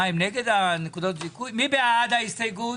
מי בעד ההסתייגות?